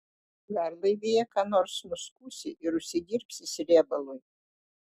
garlaivyje ką nors nuskusi ir užsidirbsi srėbalui